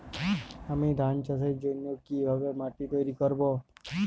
আমি ধান চাষের জন্য কি ভাবে মাটি তৈরী করব?